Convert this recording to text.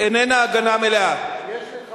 איננה הגנה מלאה, שר האוצר, יש לך